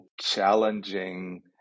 challenging